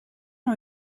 ont